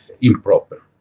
improper